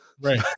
Right